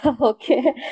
Okay